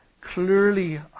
clearly